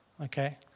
Okay